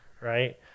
right